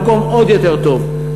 למקום עוד יותר טוב,